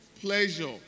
pleasure